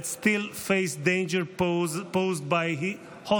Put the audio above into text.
that still face danger posed by hostile